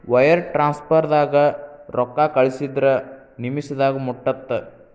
wire ಟ್ರಾನ್ಸ್ಫರ್ದಾಗ ರೊಕ್ಕಾ ಕಳಸಿದ್ರ ನಿಮಿಷದಾಗ ಮುಟ್ಟತ್ತ